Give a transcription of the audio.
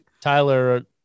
Tyler